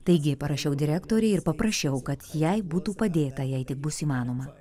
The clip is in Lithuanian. taigi parašiau direktorei ir paprašiau kad jai būtų padėta jei tik bus įmanoma